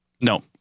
No